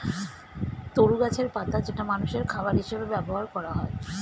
তরু গাছের পাতা যেটা মানুষের খাবার হিসেবে ব্যবহার করা হয়